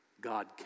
God